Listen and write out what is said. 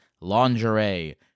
lingerie